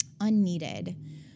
unneeded